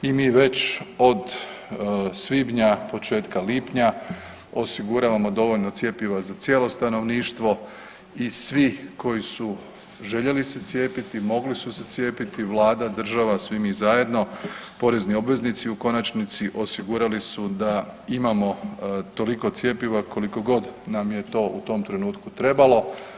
I mi već od svibnja, početka lipnja osiguravamo dovoljno cjepiva za cijelo stanovništvo i svi koji željeli se cijepiti, mogli su se cijepiti Vlada, država, svi mi zajedno, porezni obveznici u konačnici osigurali su da imamo toliko cjepiva koliko god nam je to u tom trenutku trebalo.